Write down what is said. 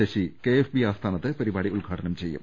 Sasi KFB ആസ്ഥാനത്ത് പരിപാടി ഉദ്ഘാടനം ചെയ്യും